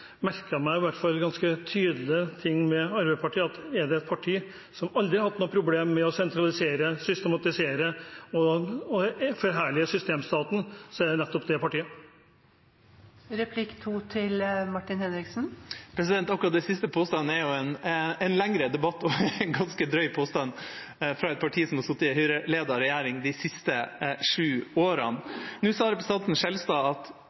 meg ganske tydelig i hvert fall én ting med Arbeiderpartiet, at er det ett parti som aldri har hatt noe problem med å sentralisere, systematisere og forherlige systemstaten, så er det nettopp det partiet. Akkurat den siste påstanden er jo en lengre debatt og en ganske drøy påstand fra et parti som har sittet i en Høyre-ledet regjering de siste sju årene. Nå presiserte representanten Skjelstad at